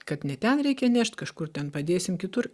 kad ne ten reikia nešt kažkur ten padėsim kitur